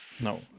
No